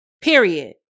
Period